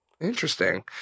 Interesting